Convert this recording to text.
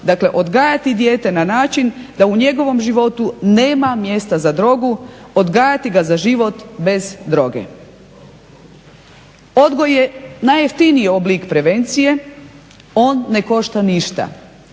dakle odgajati dijete na način da u njegovom životu nema mjesta za drogu, odgajati ga za život bez droge. Odgoj je najjeftiniji oblik prevencije, on ne košta ništa.